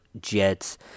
jets